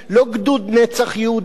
לא גדוד "נצח יהודה",